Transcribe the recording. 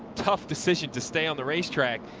tough decision to stay on the racetrack,